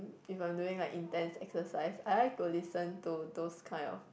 if I am doing like intense exercise I like to listen to those kind of